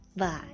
Bye